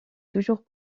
toujours